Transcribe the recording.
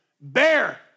Bear